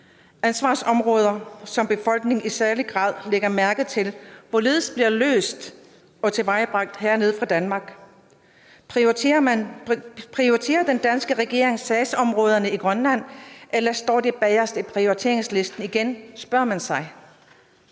ansvarsområder, som befolkningen i særlig grad lægger mærke til hvorledes bliver løst og håndteret hernede fra Danmark. Prioriterer den danske regering sagsområderne i Grønland, eller står de nederst på prioriteringslisten igen, spørger man sig.